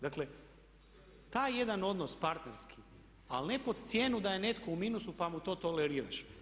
Dakle, taj jedan odnos partnerski, ali ne pod cijenu da je netko u minusu pa mu to toleriraš.